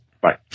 bye